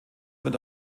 wird